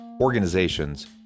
organizations